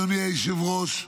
אדוני היושב-ראש,